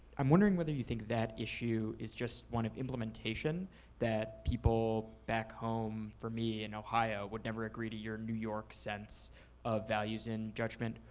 i'm wondering whether you think that issue is just one of implementation that people back home for me in ohio would never agree to your new york sense of values and judgement,